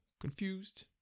confused